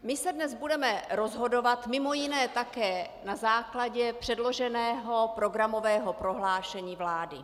My se dnes budeme rozhodovat mimo jiné také na základě předloženého programového prohlášení vlády.